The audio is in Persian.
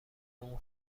اون